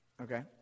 okay